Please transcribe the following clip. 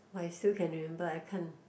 !wah! you still remember I can't